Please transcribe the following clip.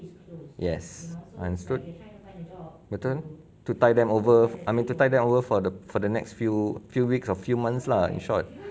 yes understood betul to tide them over I mean to tide them over for the for the next few few weeks or few months lah in short yup distributor